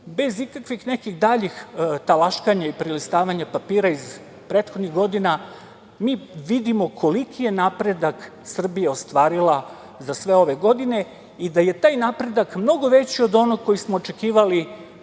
bez ikakvih nekih daljih talaškanja i prelistavanja papira iz prethodnih godina, mi vidimo koliki je napredak Srbija ostvarila za sve ove godine i da je taj napredak mnogo veći od onog koji smo očekivali